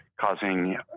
causing